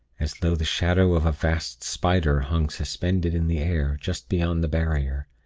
as though the shadow of a vast spider hung suspended in the air, just beyond the barrier.